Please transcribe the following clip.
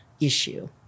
issue